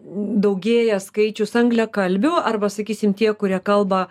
daugėja skaičius angliakalbių arba sakysim tie kurie kalba